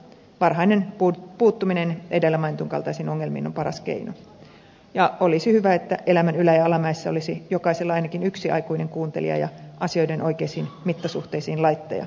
varhainen puuttuminen edellä mainitun kaltaisiin ongelmiin on paras keino ja olisi hyvä että elämän ylä ja alamäessä olisi jokaisella ainakin yksi aikuinen kuuntelija ja asioiden oikeisiin mittasuhteisiin laittaja